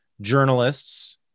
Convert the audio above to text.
journalists